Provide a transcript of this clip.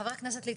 חבר הכנסת ליצמן,